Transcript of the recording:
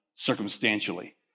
Circumstantially